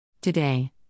Today